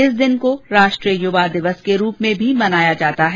इस दिन को राष्ट्रीय युवा दिवस के रूप में भी मनाया जाता है